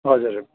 हजुर